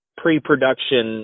pre-production